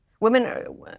Women